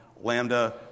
Lambda